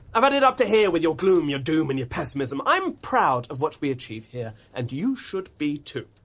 i've had it up to here with your gloom, your doom and your pessimism! i'm proud of what we achieve here and you should be too.